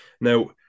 Now